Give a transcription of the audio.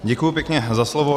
Děkuji pěkně za slovo.